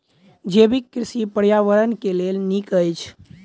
जैविक कृषि पर्यावरण के लेल नीक अछि